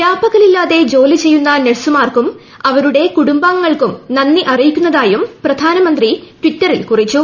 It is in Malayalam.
രാപ്പകലില്ലാതെ ജോലി ചെയ്യുന്ന് ന്ഴ്സുമാർക്കും അവരുടെ കുടുംബാംഗങ്ങൾക്കും നന്ദി അറിയിക്കുന്നതായും പ്രധാനമന്ത്രി ടിറ്ററിൽ കുറിച്ചു